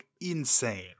insane